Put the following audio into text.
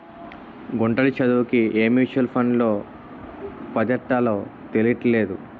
గుంటడి చదువుకి ఏ మ్యూచువల్ ఫండ్లో పద్దెట్టాలో తెలీట్లేదు